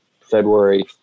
february